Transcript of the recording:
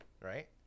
right